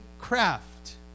craft